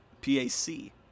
P-A-C